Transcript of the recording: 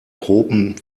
tropen